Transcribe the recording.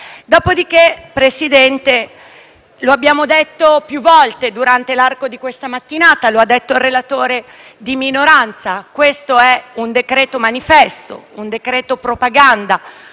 pessimi. Presidente, lo abbiamo detto più volte durante l'arco di questa mattinata e lo ha detto il relatore di minoranza: questo è un decreto-legge manifesto, un decreto-legge propaganda,